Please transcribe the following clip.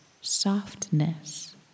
softness